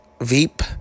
Veep